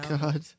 god